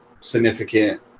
significant